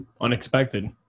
unexpected